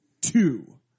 two